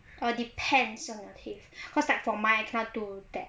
err depends on your teeth cause like for my is not too bad